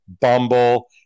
bumble